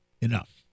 enough